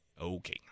okay